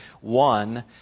One